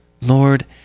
Lord